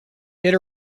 did